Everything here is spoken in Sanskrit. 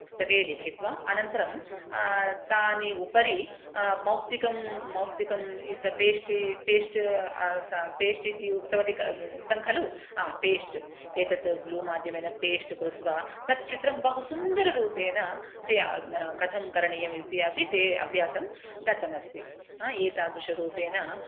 पुस्तके लिखित्वा अनन्तरं तानि उपरि मौक्तिकं मौक्तिकम् इतपेष्टि पेश्ट् आ स पेश्टिति उक्तवति क उक्तं खलु आ पेश्ट् एतत् ब्लु माध्यमेन पेश्ट् कृत्वा तच्चित्रं बहु सुन्दररूपेण से आ कथं करणीयमित्यपि ते अभ्यासं दत्तमस्ति एतदृशरूपेण